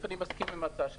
אני מסכים עם ההצעה שלך,